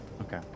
okay